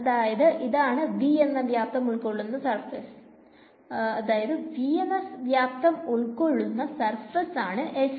അതായത് ഇതാണ് V എന്ന വ്യാപ്തം ഉൾകൊള്ളുന്ന സർഫേസ് ആണ് S